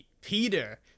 Peter